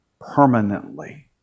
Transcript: permanently